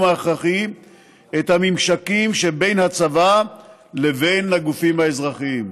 ההכרחי את הממשקים בין הצבא לבין הגופים האזרחיים.